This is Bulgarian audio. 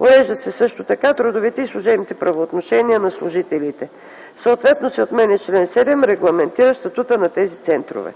Уреждат се също така трудовите и служебните правоотношения на служителите. Съответно се отменя чл. 7 регламентиращ статута на тези центрове.